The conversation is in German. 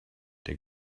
der